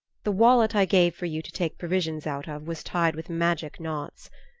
the wallet i gave for you to take provisions out of was tied with magic knots.